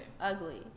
ugly